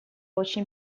очень